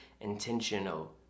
intentional